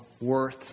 worth